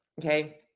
okay